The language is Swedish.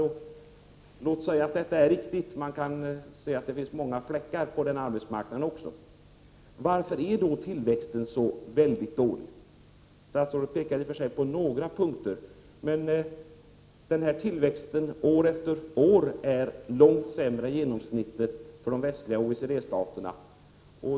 Låt oss säga att det är riktigt, även om man kan se att det finns många fläckar på den svenska arbetsmarknaden också. Varför är då tillväxten så väldigt dålig? Statsrådet pekade i och för sig på några punkter, men tillväxten är år efter år långt sämre än genomsnittet för de västliga OECD-staterna.